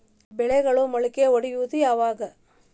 ಬೆಳೆಗಳು ಮೊಳಕೆ ಒಡಿಯೋದ್ ಯಾವಾಗ್?